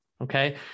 Okay